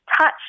touch